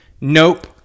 nope